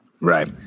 Right